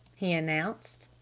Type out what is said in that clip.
he announced.